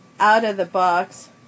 out-of-the-box